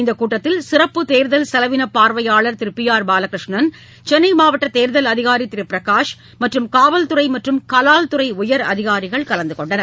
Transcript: இந்த கூட்டத்தில் சிறப்பு தேர்தல் செவினப் பார்வையாளர் திரு பி ஆர் பாலகிருஷ்ணன் சென்னை மாவட்ட தேர்தல் அதிகாரி திரு பிரகாஷ் மற்றும் காவல்துறை மற்றும் கலால்துறை உயர் அதிகாரிகள் கலந்து கொண்டனர்